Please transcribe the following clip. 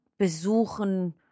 besuchen